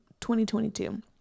2022